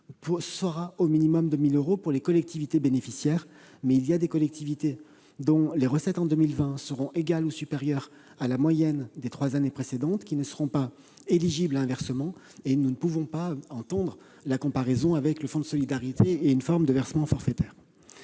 sera au minimum de 1 000 euros pour les collectivités bénéficiaires. Cependant, les collectivités dont les recettes, en 2020, seront égales ou supérieures à la moyenne de celles des trois années précédentes ne seront pas éligibles à un versement. Nous ne pouvons pas admettre la comparaison avec le fonds de solidarité et une forme de versement forfaitaire.